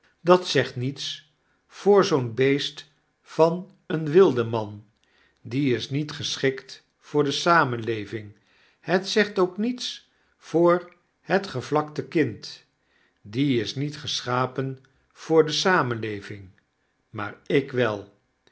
dat zegt niets voor zoo'n beest van een wildeman die is niet geschikt voor de samenleving het zegt ook niets voor het gevlakte kind die is niet geschapen voor de samenleving maar ik wel